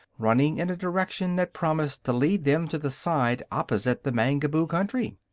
running in a direction that promised to lead them to the side opposite the mangaboo country.